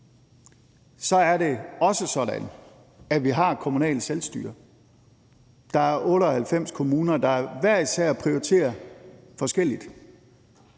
Så er det også sådan, at vi har kommunalt selvstyre, og der er 98 kommuner, der hver især prioriterer forskelligt.